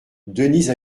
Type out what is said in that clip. denise